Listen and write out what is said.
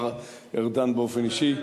הפנייה שלי בהמשך תהיה גם לשר ארדן באופן אישי,